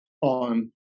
on